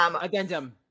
addendum